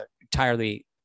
entirely